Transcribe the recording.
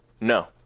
no